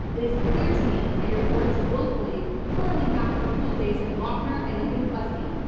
it is clear to me that your court is willfully hurtling back to the cruel days of lochner and even plessy.